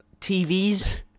TVs